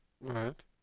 Right